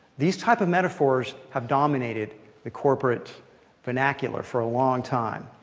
these type of metaphors have dominated the corporate vernacular for a long time.